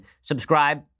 Subscribe